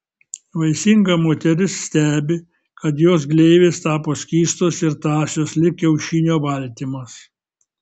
vaisinga moteris stebi kad jos gleivės tapo skystos ir tąsios lyg kiaušinio baltymas